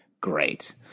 great